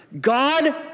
God